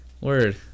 Word